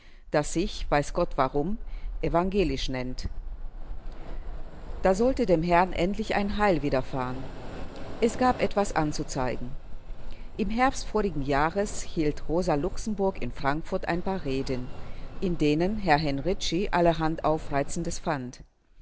das sich weiß gott warum evangelisch nennt da sollte dem herrn endlich ein heil widerfahren es gab etwas anzuzeigen im herbst vorigen jahres hielt rosa luxemburg in frankfurt ein paar reden in denen herr henrici allerhand aufreizendes fand